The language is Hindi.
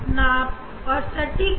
आपका नापतोल और सटीक होगा